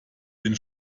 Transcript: den